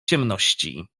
ciemności